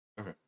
Okay